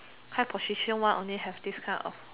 high position one only have this kind of